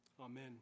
Amen